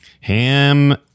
Ham